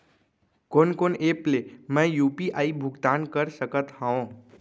कोन कोन एप ले मैं यू.पी.आई भुगतान कर सकत हओं?